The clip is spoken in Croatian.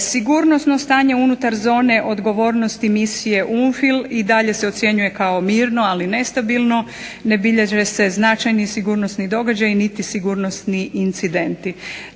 sigurnosno stanje unutar zone odgovornosti misije UNFIL i dalje se ocjenjuje mirno ali nestabilno, ne bilježe se značajni sigurnosni događaji niti sigurnosni incidenti.